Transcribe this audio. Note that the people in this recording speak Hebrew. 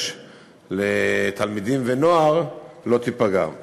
בתחום התנדבות תלמידים ונוער לא תיפגע.